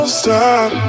stop